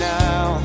now